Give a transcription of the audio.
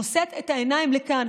נושאת את העיניים לכאן,